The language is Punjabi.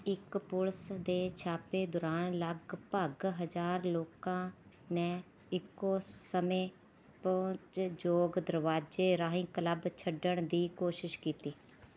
ਇੱਕ ਪੁਲਿਸ ਦੇ ਛਾਪੇ ਦੌਰਾਨ ਲਗਭਗ ਹਜ਼ਾਰ ਲੋਕਾਂ ਨੇ ਇੱਕੋਂ ਸਮੇਂ ਪਹੁੰਚਯੋਗ ਦਰਵਾਜ਼ੇ ਰਾਹੀਂ ਕਲੱਬ ਛੱਡਣ ਦੀ ਕੋਸ਼ਿਸ਼ ਕੀਤੀ